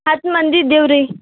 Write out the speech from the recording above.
ಹತ್ತು ಮಂದಿ ಇದ್ದೀವಿ ರೀ